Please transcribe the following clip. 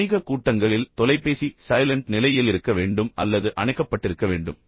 வணிகக் கூட்டங்களில் உங்கள் தொலைபேசி சைலென்ட் நிலையில் இருக்க வேண்டும் அல்லது அணைக்கப்பட்டிருக்க வேண்டும்